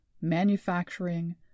manufacturing